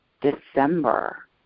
December